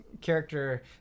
character